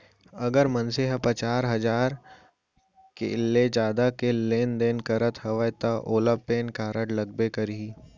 अगर मनसे ह पचार हजार ले जादा के लेन देन करत हवय तव ओला पेन कारड लगबे करही